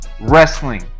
Wrestling